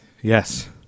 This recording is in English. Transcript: Yes